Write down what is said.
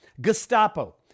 Gestapo